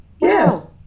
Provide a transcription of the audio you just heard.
Yes